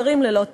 שרים ללא תיק.